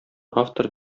автор